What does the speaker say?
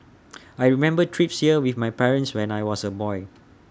I remember trips here with my parents when I was A boy